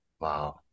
Wow